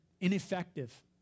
ineffective